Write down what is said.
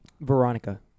Veronica